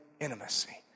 intimacy